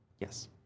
Yes